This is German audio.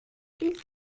ist